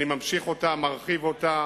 אני ממשיך אותה, מרחיב אותה,